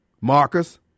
Marcus